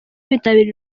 kwitabira